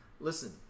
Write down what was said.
listen